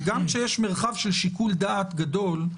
גם כשיש מרחב של שיקול דעת גדול,